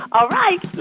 all right.